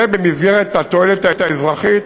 והוא במסגרת התועלת האזרחית